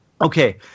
okay